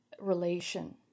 relation